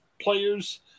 players